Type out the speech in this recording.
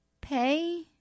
pay